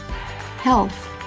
Health